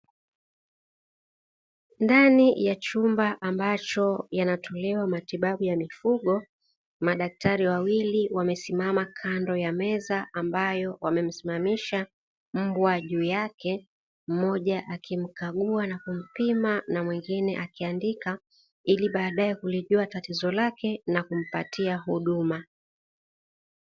Ndani ya chumba ambacho yanatolewa matibabu ya mifugo madaktari wawili wamesimamisha kando ya meza ambayo wamesimamisha mbwa juu yake mmoja akimkagua na mwingine akiandika ili kugundua tatizo lake na baadae kumpatia Huduma.